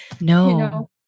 No